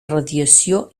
radiació